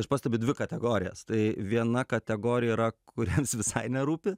aš pastebiu dvi kategorijas tai viena kategorija yra kuriems visai nerūpi